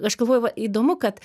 aš galvoju va įdomu kad